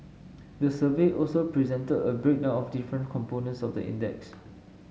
the survey also presented a breakdown of different components of the index